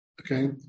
Okay